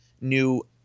new